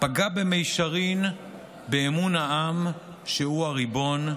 פגע במישרין באמון העם, שהוא הריבון,